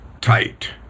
tight